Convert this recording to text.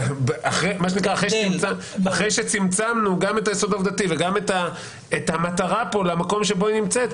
שאחרי שצמצמנו גם את היסוד העובדתי וגם את המטרה למקום שבו היא נמצאת,